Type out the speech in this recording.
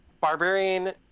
Barbarian